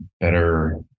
better